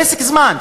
פסק זמן.